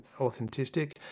authentic